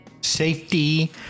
Safety